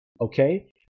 Okay